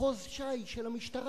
מחוז ש"י של המשטרה,